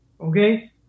Okay